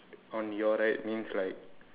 on your right means like